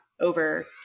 over